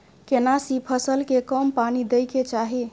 केना सी फसल के कम पानी दैय के चाही?